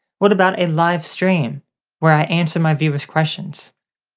what about a live stream where i answer my viewer's questions?